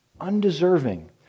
Undeserving